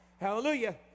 hallelujah